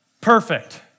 perfect